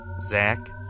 Zach